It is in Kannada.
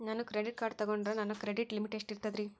ನಾನು ಕ್ರೆಡಿಟ್ ಕಾರ್ಡ್ ತೊಗೊಂಡ್ರ ನನ್ನ ಕ್ರೆಡಿಟ್ ಲಿಮಿಟ್ ಎಷ್ಟ ಇರ್ತದ್ರಿ?